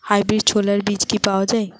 Hybrid ছোলার বীজ কি পাওয়া য়ায়?